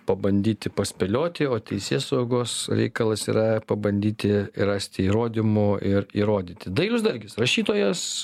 pabandyti paspėlioti o teisėsaugos reikalas yra pabandyti rasti įrodymų ir įrodyti dailius dargis rašytojas